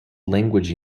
language